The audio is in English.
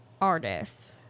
artists